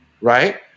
Right